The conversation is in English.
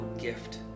gift